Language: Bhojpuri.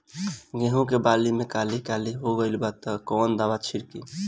गेहूं के बाली में काली काली हो गइल बा कवन दावा छिड़कि?